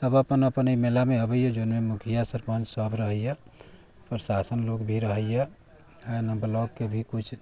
सभ अपन अपन एहि मेलामे अबैए जौनमे कि मुखिया सरपञ्चसभ रहैए प्रशासन लोक भी रहैए हइ ने ब्लॉकके भी किछु